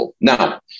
Now